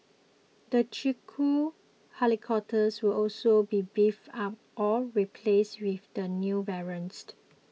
the Chinook helicopters will also be beefed up or replaced with the new variants